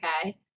okay